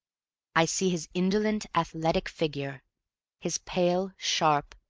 i see his indolent, athletic figure his pale, sharp,